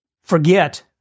forget